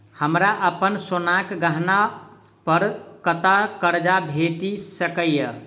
हमरा अप्पन सोनाक गहना पड़ कतऽ करजा भेटि सकैये?